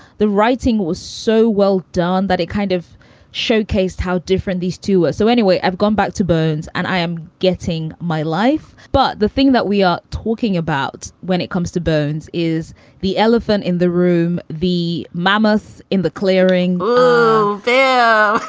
the writing was so well done that it kind of showcased how different these two were. so anyway, i've gone back to burns and i am getting my life. but the thing that we are talking about when it comes to bones is the elephant in the room. the mammoths in the clearing there.